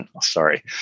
Sorry